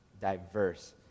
diverse